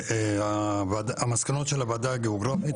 המסקנות של הוועדה הגיאוגרפית,